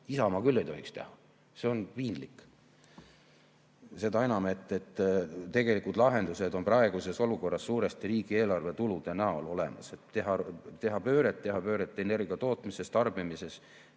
Isamaa küll ei tohiks. See on piinlik. Seda enam, et tegelikud lahendused on praeguses olukorras suuresti riigieelarve tulude näol olemas. Et teha pööret, teha pööret energia tootmises ja tarbimises